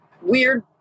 weird